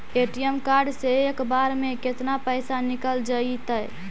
ATM card से एक बार में केतना पैसा निकल जइतै?